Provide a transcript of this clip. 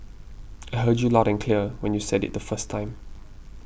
I heard you loud and clear when you said it the first time